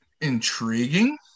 intriguing